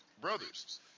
brothers